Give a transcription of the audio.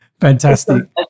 fantastic